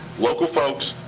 local folks,